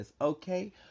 okay